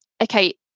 okay